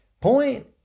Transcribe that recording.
point